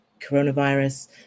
coronavirus